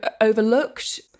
overlooked